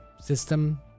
system